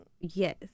Yes